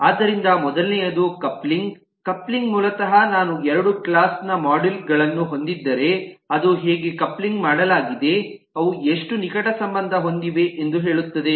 ಆದ್ದರಿಂದ ಮೊದಲನೆಯದು coupling coupling ಮೂಲತಃ ನಾನು ಎರಡು ಕ್ಲಾಸ್ ನ ಮಾಡ್ಯೂಲ್ ಗಳನ್ನು ಹೊಂದಿದ್ದರೆ ಅದು ಹೇಗೆ ಕಪ್ಲಿಂಗ್ ಮಾಡಲಾಗಿದೆ ಅವು ಎಷ್ಟು ನಿಕಟ ಸಂಬಂಧ ಹೊಂದಿವೆ ಎಂದು ಹೇಳುತ್ತದೆ